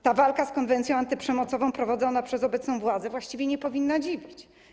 Ta walka z konwencją antyprzemocową prowadzona przez obecną władzę właściwie nie powinna dziwić.